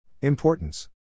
Importance